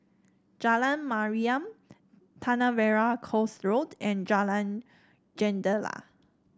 Jalan Mariam Tanah Merah Coast Road and Jalan Jendela